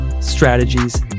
strategies